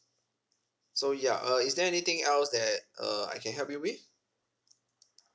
so ya uh is there anything else that uh I can help you with